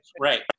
Right